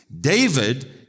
David